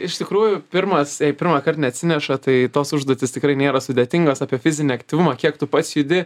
iš tikrųjų pirmas pirmąkart neatsineša tai tos užduotys tikrai nėra sudėtingos apie fizinį aktyvumą kiek tu pats judi